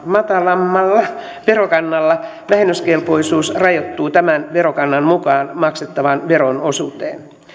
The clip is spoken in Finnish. matalammalla verokannalla vähennyskelpoisuus rajoittuu tämän verokannan mukaan maksettavan veron osuuteen